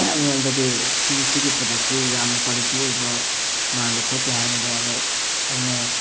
ꯑꯩꯉꯣꯟꯗꯗꯤ ꯁꯨꯝ ꯁꯤꯒꯤ ꯄ꯭ꯔꯗꯛꯁꯤ ꯌꯥꯝꯅ ꯀ꯭ꯋꯥꯀꯤꯇꯤ ꯑꯣꯏꯕ ꯃꯥꯟꯗꯦ ꯈꯣꯠꯇꯦ ꯍꯥꯏꯕꯗꯣ ꯑꯗꯣ ꯑꯩꯅ